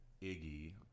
Iggy